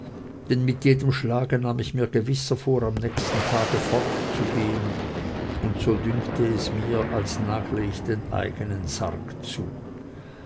denn mit jedem schlage nahm ich mir gewisser vor am nächsten tage fortzugehen und so dünkte es mir als nagle ich den eigenen sarg zu